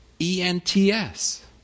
E-N-T-S